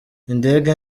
indege